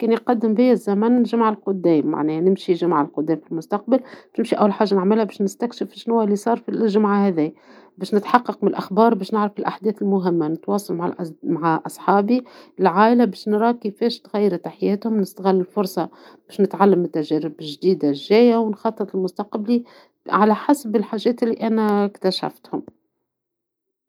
إذا تقدمت أسبوع في المستقبل، نحب نشوف كيفاش تطورت الأمور. نحب نتابع الأخبار ونشوف المشاريع اللي كنت نشتغل عليها. يمكن نعمل تغييرات في خططي بناءً على الأحداث. نحب نلتقي بأصحابي ونتشارك تجاربنا، ونستعد للمرحلة الجديدة اللي باش نعيشها.